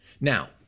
Now